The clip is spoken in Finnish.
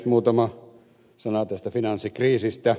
muutama sana tästä finanssikriisistä